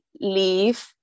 leave